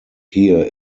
here